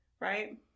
Right